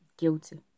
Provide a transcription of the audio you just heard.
guilty